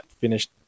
finished